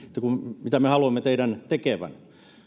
ja mitä me haluamme teidän tekevän